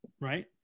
Right